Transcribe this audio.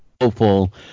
hopeful